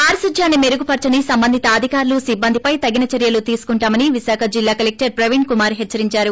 పారిశుధ్యాన్ని మెరుగుపర్చని సంబంధిత అధికారులు సిబ్బందిపై తగు చర్యలు తీసుకుంటామని విశాఖ జిల్లా కలెక్టర్ ప్రవీణ్ కుమార్ హెచ్చరించారు